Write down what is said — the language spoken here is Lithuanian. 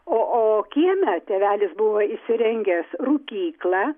o o kieme tėvelis buvo įsirengęs rūkyklą